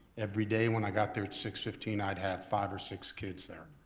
every day when i got there at six fifteen, i'd have five or six kids there.